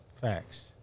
Facts